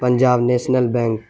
Punjab national bank